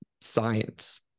science